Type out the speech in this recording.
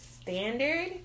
standard